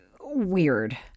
weird